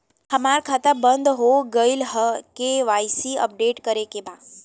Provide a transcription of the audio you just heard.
हमार खाता बंद हो गईल ह के.वाइ.सी अपडेट करे के बा?